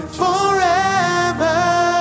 forever